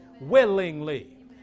willingly